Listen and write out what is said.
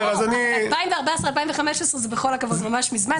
בכל הכבוד, 2014 ו-2015 היו ממש מזמן.